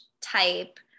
type –